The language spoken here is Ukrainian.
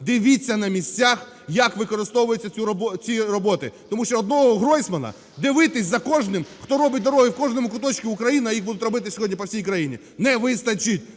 дивіться на місцях, як використовуються ці роботи. Тому що одного Гройсмана дивитися за кожним, хто робить дороги в кожному куточку України, а їх будуть робити сьогодні по всій країні, не вистачить.